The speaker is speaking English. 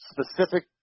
specific